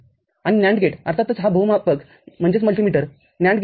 आणि NAND गेटअर्थातच हा बहुमापक NAND गेट आहे